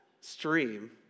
stream